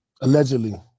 Allegedly